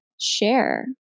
share